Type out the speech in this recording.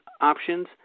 options